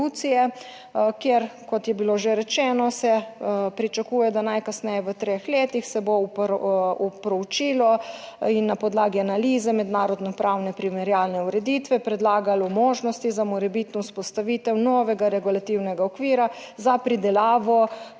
kjer, kot je bilo že rečeno, se pričakuje, da najkasneje v treh letih se bo proučilo in na podlagi analize mednarodnopravne primerjalne ureditve predlagalo možnosti za morebitno vzpostavitev novega regulativnega okvira za pridelavo,